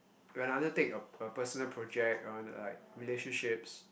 when I undertake a a personal project or in a like relationships